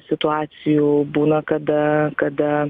situacijų būna kada kada